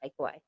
takeaway